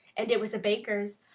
and it was a baker's,